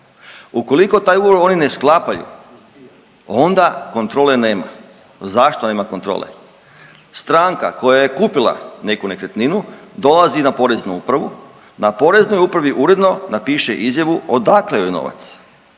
Ukoliko taj ugovor oni ne sklapaju onda kontrole nema. Zašto nema kontrole? Stranka koja je kupila neku nekretninu dolazi na Poreznu upravu, na Poreznoj upravi uredno napiše izjavu odakle joj novac,